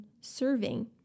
serving